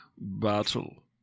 Battle